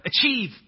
achieve